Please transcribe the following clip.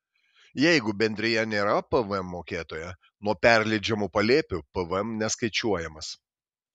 jeigu bendrija nėra pvm mokėtoja nuo perleidžiamų palėpių pvm neskaičiuojamas